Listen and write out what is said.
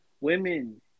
women